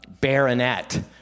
baronet